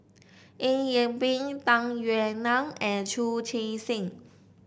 Eng Yee Peng Tung Yue Nang and Chu Chee Seng